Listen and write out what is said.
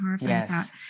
Yes